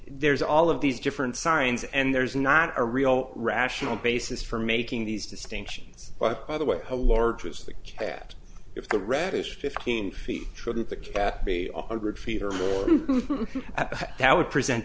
there's all of these different signs and there's not a real rational basis for making these distinctions but by the way a large was the cat if the reddish fifteen feet shouldn't that be off hundred feet or more that would present